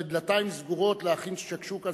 בדלתיים סגורות להכין שקשוקה,